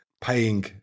paying